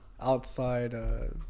outside